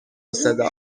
صدا